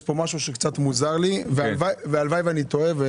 יש פה משהו שהוא קצת מוזר לי והלוואי ואני טועה.